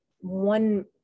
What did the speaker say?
one